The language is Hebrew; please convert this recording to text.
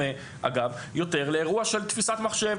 אגב, זה יותר דומה לאירוע של תפיסת מחשב.